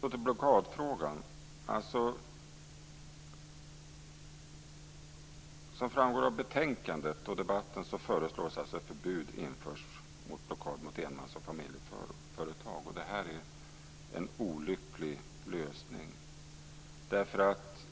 Så till blockadfrågan: Som framgår av betänkandet och debatten föreslås att ett förbud införs mot blockad av enmans och familjeföretag. Det är en olycklig lösning.